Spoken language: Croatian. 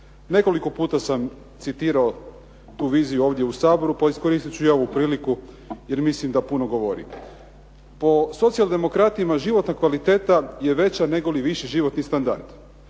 Nekoliko puta sam citirao tu viziju ovdje u Saboru, pa iskoristit ću i ovu priliku jer mislim da puno govori. Po socijal-demokratima životna kvaliteta je veća negoli viši životni standard.